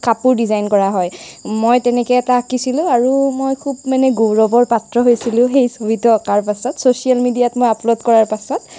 কাপোৰ ডিজাইন কৰা হয় মই তেনেকৈ এটা আঁকিছিলোঁ আৰু মই খুব মানে গৌৰৱৰ পাত্ৰ হৈছিলোঁ সেই ছবিটো অঁকাৰ পাছত ছ'চিয়েল মিডিয়াত মই আপলোড কৰাৰ পাছত